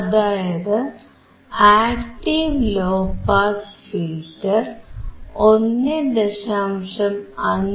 അതായത് active low pass filter 1